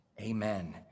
Amen